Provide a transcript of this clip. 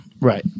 right